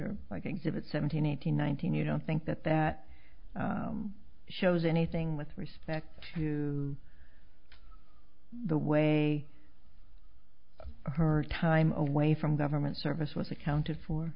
exhibit seventeen eighteen nineteen you don't think that that shows anything with respect to the way her time away from government service was accounted for